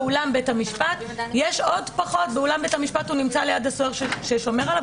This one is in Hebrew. באולם בית המשפט הוא נמצא ליד הסוהר ששומר עליו,